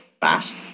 fast